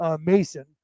Mason